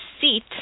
seat